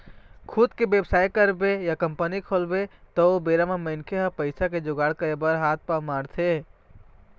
खुद के बेवसाय करबे या कंपनी खोलबे त ओ बेरा म मनखे ह पइसा के जुगाड़ करे बर हात पांव मारथे